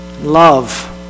Love